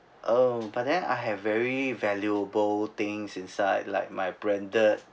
err but then I have very valuable things inside like like my branded